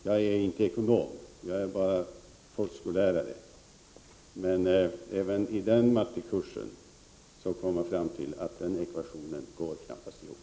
Jag är inte ekonom, jag är bara folkskollärare, men även i den matematikkurs som jag har gått kom man fram till att den ekvationen knappast går ihop.